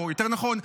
או יותר נכון,